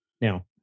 now